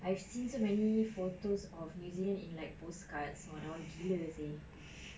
I've seen so many photos of new zealand in like postcards and I was gila seh